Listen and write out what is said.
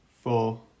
four